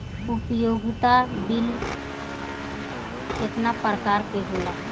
उपयोगिता बिल केतना प्रकार के होला?